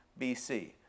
BC